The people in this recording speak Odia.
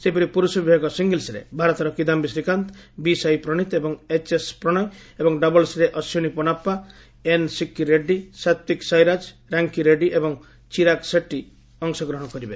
ସେହିପରି ପୁରୁଷ ବିଭାଗ ସିଙ୍ଗଲସରେ ଭାରତର କିଦାୟୀ ଶ୍ରୀକାନ୍ତ ବି ସାଇ ପ୍ରଣୀତ୍ ଏବଂ ଏଚ୍ଏସ୍ ପ୍ରଣୟ ଏବଂ ଡବଲ୍ବରେ ଅଶ୍ୱିନୀ ପୋନାପ୍ସା ଏନ୍ ସିକ୍କି ରେଡ୍ରୀ ସାତ୍ୱୀକ୍ ସାଇରାଜ୍ ରାଙ୍କି ରେଡ୍ରୀ ଏବଂ ଚିରାଗ୍ ସେଟ୍ଟୀ ଅଂଶଗ୍ରହଣ କରିବେ